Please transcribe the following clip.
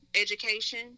education